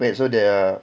wait so there are